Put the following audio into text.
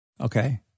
Okay